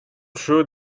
true